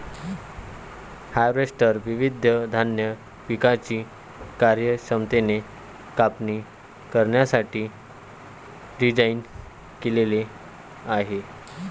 harvester विविध धान्य पिकांची कार्यक्षमतेने कापणी करण्यासाठी डिझाइन केलेले आहे